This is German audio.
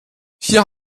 hier